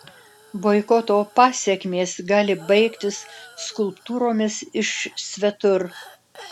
boikoto pasekmės gali baigtis skulptūromis iš svetur